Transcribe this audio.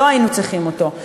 לא היינו צריכים אותו.